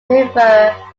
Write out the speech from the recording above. refer